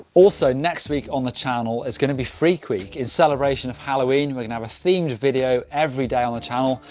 also next week on the channel is going to be freak week. in celebration of halloween, were going to have a themed video everyday on the channel.